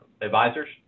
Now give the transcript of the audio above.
advisors